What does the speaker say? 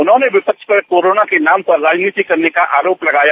उन्होंने विपक्ष पर कोरोना के नाम पर राजनीति करने का आरोप लगाया